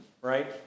right